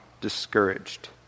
discouraged